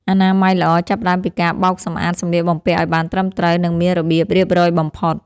អនាម័យល្អចាប់ផ្តើមពីការបោកសម្អាតសម្លៀកបំពាក់ឱ្យបានត្រឹមត្រូវ និងមានរបៀបរៀបរយបំផុត។